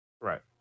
Right